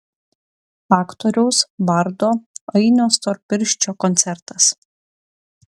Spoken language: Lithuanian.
aktoriaus bardo ainio storpirščio koncertas